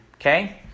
okay